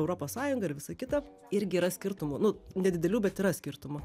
europos sąjunga ir visa kita irgi yra skirtumų nu nedidelių bet yra skirtumų